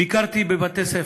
ביקרתי בבתי-ספר,